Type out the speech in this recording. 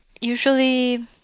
usually